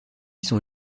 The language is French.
sont